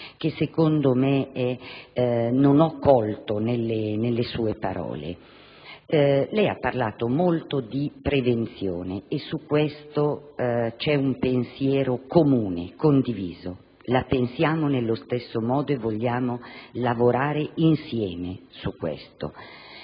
un aspetto che non ho colto nelle sue parole. Lei ha parlato molto di prevenzione e al riguardo il pensiero è comune, è condiviso: la pensiamo allo stesso modo e vogliamo lavorare insieme su questo.